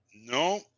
No